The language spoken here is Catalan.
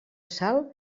sal